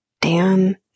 Dan